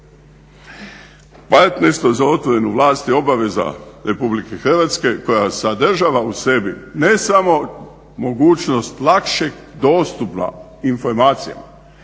za otvorenu vlast je obaveza RH koja sadržava u sebi ne samo mogućnost lakšeg dostupa informacijama